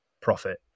profit